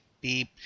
beep